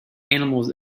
animals